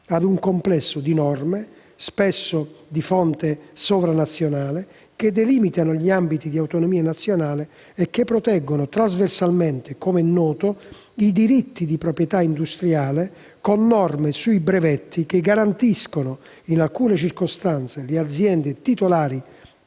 da un complesso di norme, spesso di fonte sovranazionale, che delimitano gli ambiti di autonomia nazionale e che proteggono trasversalmente - com'è noto - i diritti di proprietà industriale, con norme sui brevetti che garantiscono in alcune circostanze le aziende titolari